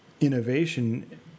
innovation